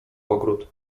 ogród